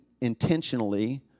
intentionally